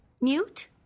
Mute